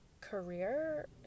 career